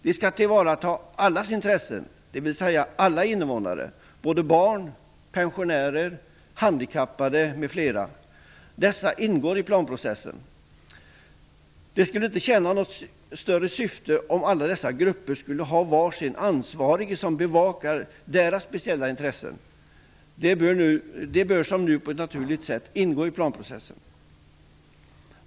De skall tillvarata allas intressen, dvs. alla invånare - barn, pensionärer, handikappade, m.fl. Detta ingår i planprocessen. Det skulle inte tjäna något större syfte om alla dessa grupper skulle ha var sin ansvarig som bevakar deras speciella intressen. Det bör som nu på ett naturligt sätt ingå i planprocessen.